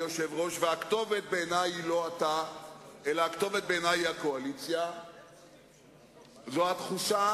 אתה לא יודע מה זה גשם 3:8. יש לנו 11 חזאים בתחנה.